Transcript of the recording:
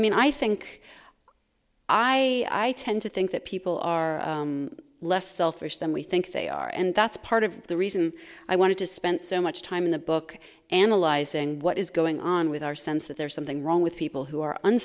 mean i think i tend to think that people are less selfish than we think they are and that's part of the reason i wanted to spend so much time in the book analyzing what is going on with our sense that there is something wrong with people who are